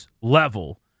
Level